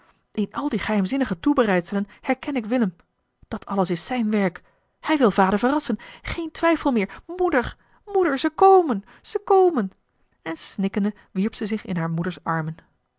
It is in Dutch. in al die geheimzinnige toebereidselen herken ik willem dat alles is zijn werk hij wil vader verrassen geen twijfel meer moeder moeder ze komen ze komen en snikkende wierp ze zich in haar moeders armen